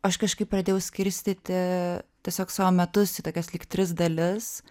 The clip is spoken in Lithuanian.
aš kažkaip pradėjau skirstyti tiesiog savo metus į tokias lyg tris dalis